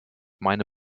meine